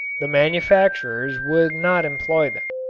the manufacturers would not employ them.